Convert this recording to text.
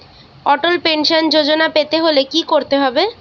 অটল pension Yojana পেতে হলে কি করতে হবে?